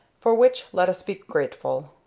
for which let us be grateful.